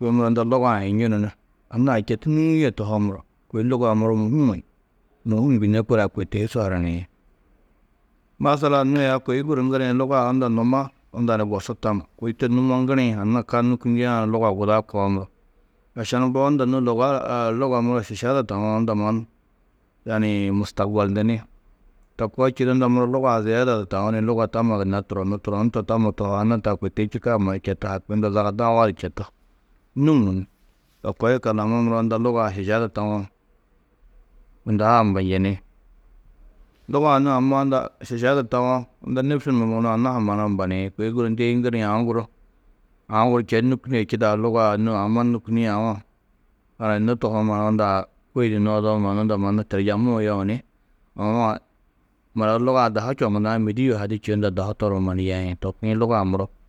luga-ã hinjunu ni anna-ã četu nûŋie tohoo muro, kôi luga-ã muro mûhumma, mûhum gunnó korã kôi to hi su haraniĩ. Masalan nû aya kôi guru ŋgirĩ luga-ã unda numa unda ni gosu tam, kôi to numo ŋgirĩ anna ka nûkindiã luga guda koo muro, ašan mbo unda nû luga luga muro šiša du tawo, unda mannu yaniĩ mustakbolndini. To koo čîidi unda muro luga-ã ziyeda du taú ni luga tamma gunna turonnu, turonnu to tammo tohoo, anna taa kôi to hi čîkã mannu četu haki unda zaga dawa du četu nûŋuú. To koo yikallu amma muro unda lugaa šiša du tawo, unda ha ambanjini. Luga-ã nû amma unda šiša du tawo, unda nêfsi numa mannu anna-ã ha mannu ambaniĩ. Kôi guru ndêi ŋgirĩ, aũ guru, aũ guru četu nûkunie čidaa, luga-ã nû amma nûkunie hanayunnó tohoo muro unda kôi di noodoo mannu unda mannu turjamuũ yewo ni aũ a mura du luga-ã dahu čoŋunnãá mêdi yuhadî čî unda dahu toruũ mannu yeĩ, to kuĩ luga-ã muro.